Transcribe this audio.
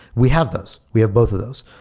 we have those. we have both of those.